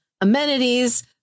amenities